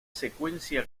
secuencia